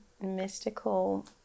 mystical